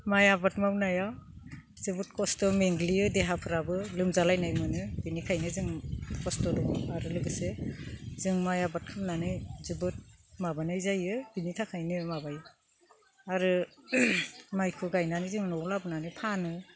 माइ आबाद मावनायाव जोबोद खस्थ' मेंग्लियो देहाफ्राबो लोमजा लायनाय मोनो बिनिखायनो जों खस्थ' दं आरो लोगोसे जों माइ आबाद खालामनानै जोबोद माबानाय जायो बिनि थाखायनो माबायो आरो माइखो गायनानै जों न'आव लाबोनानै फानो